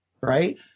right